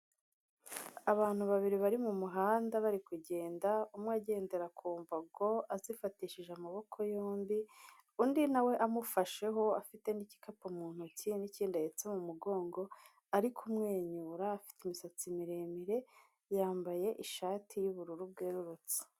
Abantu babiri bari mu muhanda bari kugenda, umwe agendera ku mbago azifatishije amaboko yombi, undi na we amufasheho afite n'igikapu mu ntoki n'ikindi ahetse mu mugongo, ari kumwenyura afite imisatsi miremire, yambaye ishati y'ubururu bwerurutse.